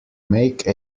make